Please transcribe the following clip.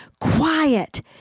quiet